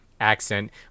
accent